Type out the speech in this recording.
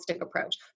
approach